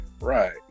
right